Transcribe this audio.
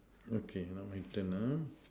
okay now my turn uh